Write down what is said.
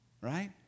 Right